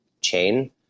chain